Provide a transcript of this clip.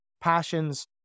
Passions